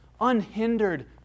unhindered